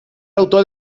autor